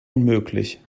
unmöglich